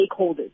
stakeholders